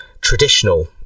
traditional